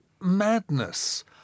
madness